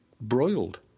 broiled